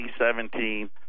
2017